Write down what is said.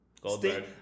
Goldberg